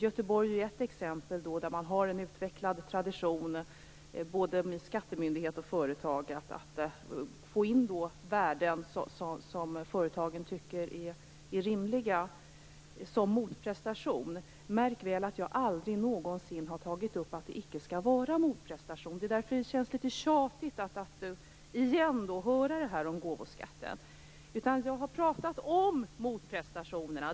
Göteborg är ett exempel där både skattemyndigheter och företag har en utvecklad tradition när det gäller att få in värden som företagen tycker är rimliga som motprestation. Märk väl att jag aldrig någonsin har tagit upp att det inte skall vara någon motprestation. Det är därför det känns litet tjatigt att igen höra det här om gåvoskatten. Jag har pratat om motprestationerna.